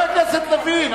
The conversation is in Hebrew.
חבר הכנסת לוין,